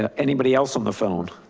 ah anybody else on the phone?